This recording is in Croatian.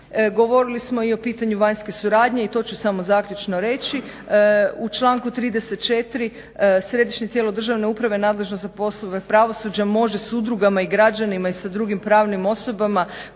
Govorili smo i o pitanju vanjske suradnje i to ću samo zaključno reći u članku 34. Središnje tijelo Državne uprave nadležno za poslove pravosuđa može s udrugama i građanima i sa drugim pravnim osobama